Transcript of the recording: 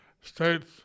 states